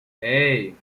hey